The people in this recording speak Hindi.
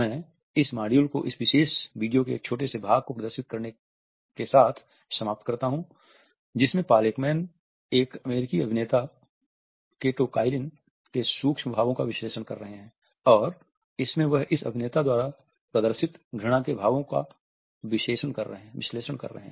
मैं इस मॉड्यूल को इस विशेष विडियो के एक छोटे से भाग को प्रदर्शित करके समाप्त करता हूं जिसमें पॉल एकमैन एक अमेरिकी अभिनेता केटो काइलिन के सूक्ष्म भावों का विश्लेषण कर रहे है और इसमें वह इस अभिनेता द्वारा प्रदर्शित घृणा के भावों का विश्लेषण कर रहे है